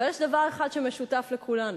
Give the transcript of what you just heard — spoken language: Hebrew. אבל יש דבר אחד שמשותף לכולנו: